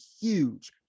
huge